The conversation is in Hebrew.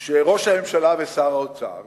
שראש הממשלה ושר האוצר